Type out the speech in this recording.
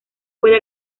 puede